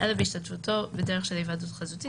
אלא בהשתתפותו בדרך של היוועדות חזותית